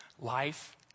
life